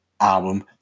album